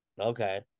Okay